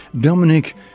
Dominic